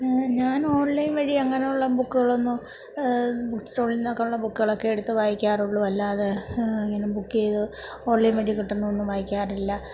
ഞാൻ ഓൺലൈൻ വഴി അങ്ങനെ ഉള്ള ബുക്കുകളൊന്നും ബുക്ക് സ്റ്റാൾ നിന്നൊക്കെയുള്ള ബുക്കുകളൊക്കെ എടുത്ത് വായിക്കാറുള്ളൂ അല്ലാതെ അല്ലാതെ ഇങ്ങനെ ബുക്ക് ചെയ്ത് ഓൺലൈൻ വഴി കിട്ടുന്ന ഒന്നും വായിക്കാറില്ല